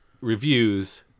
reviews